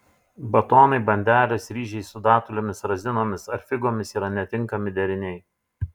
batonai bandelės ryžiai su datulėmis razinomis ar figomis yra netinkami deriniai